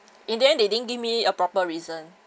in the end they didn't give me a proper reason